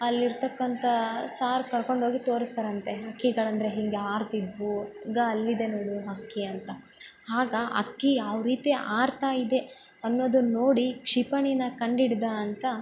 ಅಲ್ಲಿರ್ತಕ್ಕಂಥ ಸಾರ್ ಕರ್ಕೊಂಡೋಗಿ ತೋರಿಸ್ತಾರಂತೆ ಹಕ್ಕಿಗಳಂದ್ರೆ ಹಿಂಗೆ ಹಾರುತಿದ್ವು ಈಗ ಅಲ್ಲಿದೆ ನೋಡು ಹಕ್ಕಿ ಅಂತ ಆಗ ಹಕ್ಕಿ ಯಾವ ರೀತಿ ಹಾರ್ತಾ ಇದೆ ಅನ್ನೋದನ್ ನೋಡಿ ಕ್ಷಿಪಣಿನ ಕಂಡಿಡ್ದ ಅಂತ